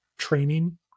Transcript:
training